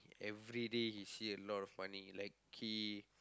everyday he see a lot of money like he